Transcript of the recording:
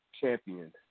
champion